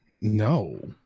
no